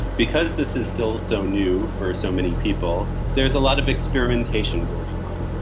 because this is still so new for so many people, there's a lot of experimentation going on.